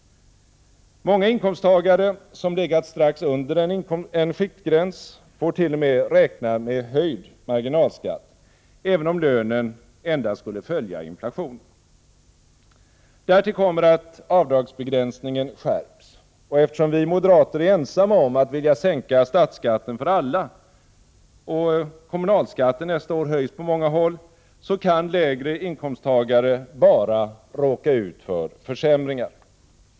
Många inkomsttagare, som legat strax under en skiktgräns, får t.o.m. räkna med höjd marginalskatt, även om lönen endast skulle följa inflationen. Därtill kommer att avdragsbegränsningen skärps. Och eftersom vi moderater är ensamma om att vilja sänka statsskatten för alla och eftersom kommunalskatten nästa år höjs på många håll, kan lägre inkomsttagare bara råka ut för försämringar.